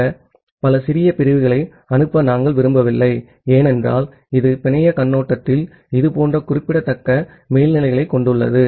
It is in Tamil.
அந்த பல சிறிய பிரிவுகளை அனுப்ப நாம் விரும்பவில்லை ஏனென்றால் இது நெட்ஒர்க் கண்ணோட்டத்தில் இதுபோன்ற குறிப்பிடத்தக்க மேல்நிலைகளைக் கொண்டுள்ளது